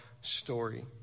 story